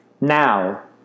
Now